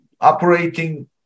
operating